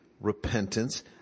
repentance